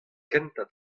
kentañ